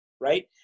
Right